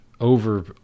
over